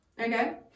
Okay